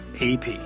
AP